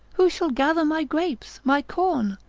who shall gather my grapes, my corn?